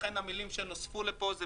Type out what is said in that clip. לכן, המילים שנוספו פה הן: